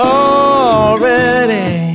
already